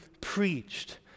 preached